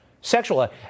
sexual